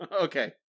Okay